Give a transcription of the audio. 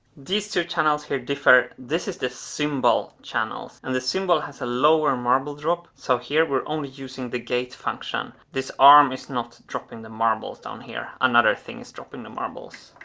these two channels here differ, this is the cymbal channel, and the cymbal has a lower marble drop, so here we're only using the gate function, this arm is not dropping the marbles down here, another thing is dropping the marbles.